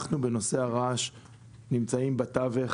בנושא הרעש אנחנו נמצאים בתווך